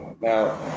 Now